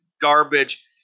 garbage